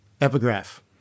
epigraph